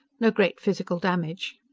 no great physical damage.